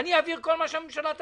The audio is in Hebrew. אני אעביר כל מה שהממשלה תביא.